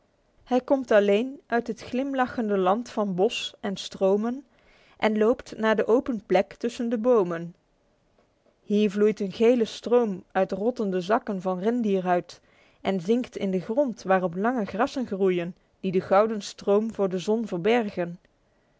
hij komt alleen uit het glimlachende land van bos en stromen en loopt naar de open plek tussen de bomen hier vloeit een gele stroom uit rottende zakken van rendierhuid en zinkt in de grond waarop lange grassen groeien die de gouden stroom voor de zon verbergen